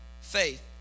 faith